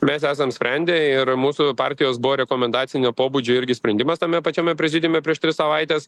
mes esam sprendę ir mūsų partijos buvo rekomendacinio pobūdžio irgi sprendimas tame pačiame prezidiume prieš tris savaites